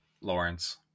Lawrence